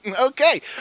Okay